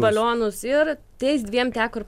balionus ir tais dviem teko ir